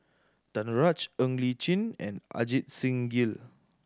Danaraj Ng Li Chin and Ajit Singh Gill